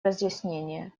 разъяснение